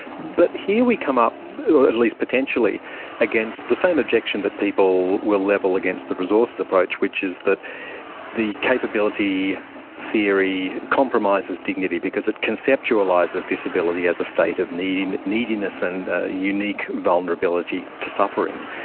but here we come up at least potentially against the same objection that people will level against the resources approach, which is that the capability theory compromises dignity, because it conceptualizes disability as a state of neediness neediness and ah unique vulnerability to suffering.